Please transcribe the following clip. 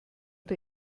der